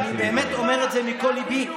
חברים, אני באמת אומר את זה מכל ליבי.